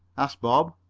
asked bob.